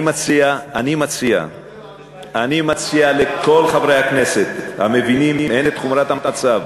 אני מציע לכל חברי הכנסת המבינים הן את חומרת המצב,